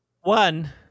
One